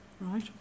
right